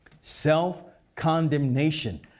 Self-condemnation